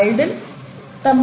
Haldane J